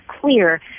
clear